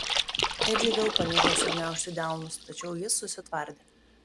edžiui vėl panižo sugniaužti delnus tačiau jis susitvardė